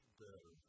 better